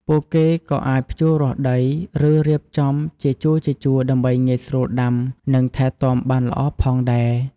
ពួកគេក៏អាចភ្ជួររាស់ដី ឬរៀបចំជាជួរៗដើម្បីងាយស្រួលដាំ និងថែទាំបានល្អផងដែរ។